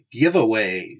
giveaways